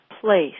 place